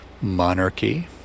monarchy